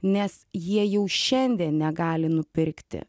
nes jie jau šiandien negali nupirkti